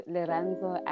Lorenzo